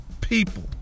people